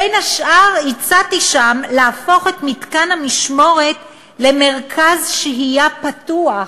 בין השאר הצעתי שם להפוך את מתקן המשמורת למרכז שהייה פתוח,